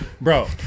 bro